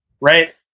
right